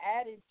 added